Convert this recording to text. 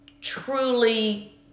truly